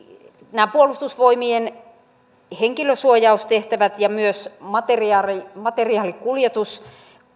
nämä puolustusvoimien henkilösuojaustehtävät ja myös materiaalikuljetuksiin materiaalikuljetuksiin